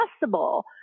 possible